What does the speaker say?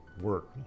work